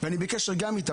ואני בקשר גם איתם.